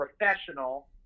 professional